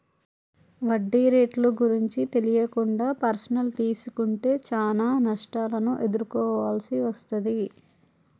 వడ్డీ రేట్లు గురించి తెలియకుండా పర్సనల్ తీసుకుంటే చానా నష్టాలను ఎదుర్కోవాల్సి వస్తది